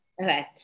Okay